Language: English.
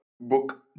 book